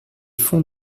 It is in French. fonds